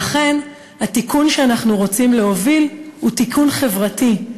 לכן התיקון שאנחנו רוצים להוביל הוא תיקון חברתי.